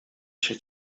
się